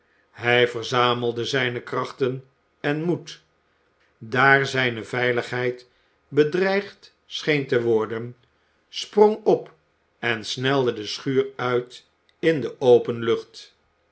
hij verzamelde zijne krachten en moed daar zijne veiligheid bedreigd scheen te worden sprong op en snelde de schuur uit in de open lucht